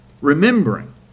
remembering